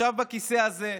ישב בכיסא הזה,